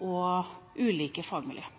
og ulike fagmiljøer.